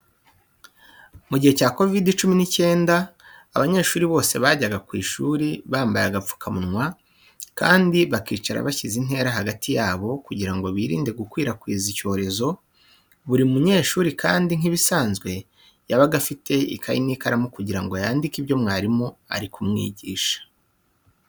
Mu gihe cya kovidi cumi n'icyenda, abanyeshuri bose bajyaga mu ishuri bambaye agapfukamunwa kandi bakicara bashyize intera hagati yabo, kugira ngo birinde gukwirakwiza icyorezo, buri mu nyeshuri kandi nk'ibisanzwe yabaga afite ikayi n'ikiramu kugira ngo yandike ibyo mwarimu ari kwigisha.